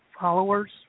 followers